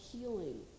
healing